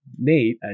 nate